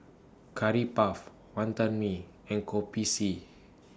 Curry Puff Wonton Mee and Kopi C